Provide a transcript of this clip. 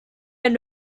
can